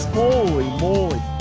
holy moly!